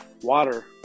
Water